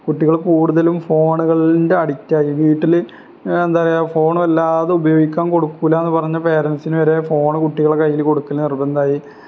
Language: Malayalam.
കുട്ടികൾ കൂടുതലും ഫോണുകളുടെ അഡിക്റ്റായി വീട്ടില് എന്താണു പറയുക ഫോൺ വല്ലാതെ ഉപയോഗിക്കാൻ കൊടുക്കില്ലെന്നു പറഞ്ഞ പേരൻറ്റ്സിന് വരെ ഫോണ് കുട്ടികളുടെ കയ്യില് കൊടുക്കല് നിർബന്ധമായി